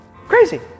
crazy